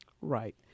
Right